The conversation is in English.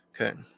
Okay